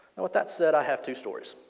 and with that said i have two stories.